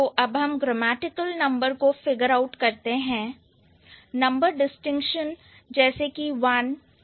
तो अब हम ग्रामेटिकल नंबर को फिगर आउट करते हैं नंबर डिस्टिंक्शन जैसे कि 1 2 3 4